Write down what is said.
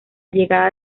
llegada